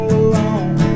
alone